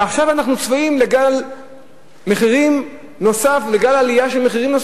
ועכשיו אנחנו צפויים לגל נוסף של עליית מחירים.